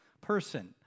person